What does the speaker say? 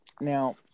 now